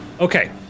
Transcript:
Okay